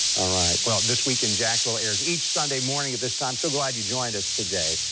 all right, well this week in jacksonville airs each sunday morning at this time. so glad you joined us today.